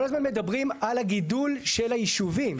כל הזמן מדברים על הגידול של הישובים.